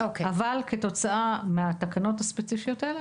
אבל כתוצאה מהתקנות הספציפיות האלה,